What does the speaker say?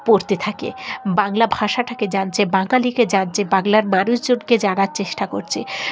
পড়তে থাকে বাংলা ভাষাটাকে জানছে বাঙালিকে জানছে বাংলার মানুষজনকে জানার চেষ্টা করছে